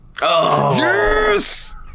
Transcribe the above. Yes